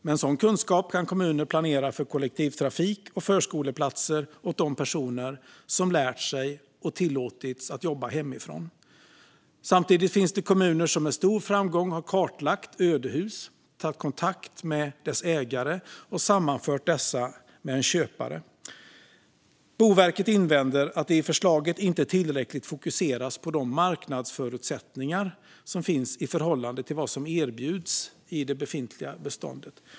Med en sådan kunskap kan kommuner planera för kollektivtrafik och förskoleplatser för de personer som lärt sig och tillåtits att jobba hemifrån. Samtidigt finns det kommuner som med stor framgång har kartlagt ödehus, tagit kontakt med deras ägare och sammanfört dem med en köpare. Boverket invänder att det i förslaget inte tillräckligt fokuseras på de marknadsförutsättningar som finns i förhållande till vad som erbjuds i det befintliga beståndet.